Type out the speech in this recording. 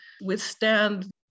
withstand